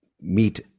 Meet